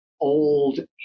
old